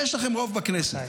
יש לכם רוב בכנסת,